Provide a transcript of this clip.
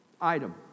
item